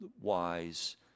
wise